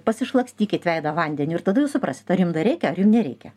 pasišlakstykit veidą vandeniu ir tada jau suprasit ar jum dar reikia ar jum nereikia